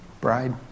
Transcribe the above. Bride